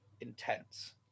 intense